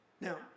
Now